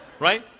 right